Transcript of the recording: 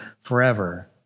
forever